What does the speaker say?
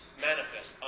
manifest